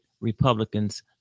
Republicans